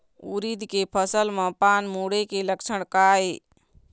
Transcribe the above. उरीद के फसल म पान मुड़े के लक्षण का ये?